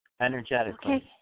energetically